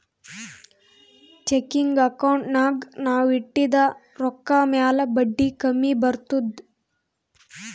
checking ಅಕೌಂಟ್ನಾಗ್ ನಾವ್ ಇಟ್ಟಿದ ರೊಕ್ಕಾ ಮ್ಯಾಲ ಬಡ್ಡಿ ಕಮ್ಮಿ ಬರ್ತುದ್